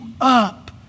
up